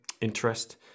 interest